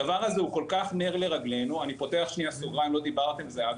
הדבר הזה כול-כך נר לרגלנו אני פותח סוגריים ולא דיברתי על זה עד